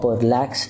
relax